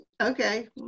Okay